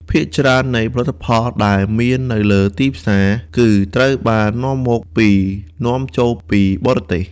ភាគច្រើននៃផលិតផលដែលមាននៅលើទីផ្សារ គឺត្រូវបាននាំមកពីនាំចូលពីបរទេស។